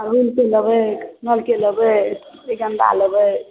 उड़हुलके लेबै कनैलके लेबै गेन्दा लेबै